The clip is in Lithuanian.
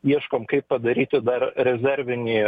ieškom kaip padaryti dar rezervinį